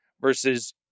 versus